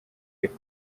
iri